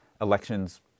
elections